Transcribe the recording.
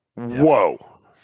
Whoa